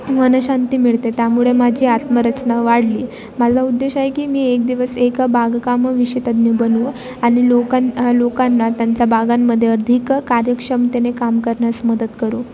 मनःशांती मिळते त्यामुळे माझी आत्मरचना वाढली मला उद्देश आहे की मी एक दिवस एक बागकाम विशेषज्ञ बनू आणि लोकां लोकांना त्यांच्या बागांमध्ये अधिक कार्यक्षमतेने काम करण्यास मदत करू